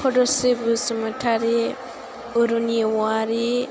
पदस्रि बसुमातारि उर्मि औवारि